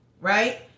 right